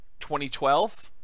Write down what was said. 2012